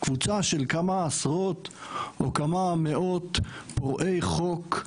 קבוצה של כמה עשרות או כמה מאות פורעי חוק,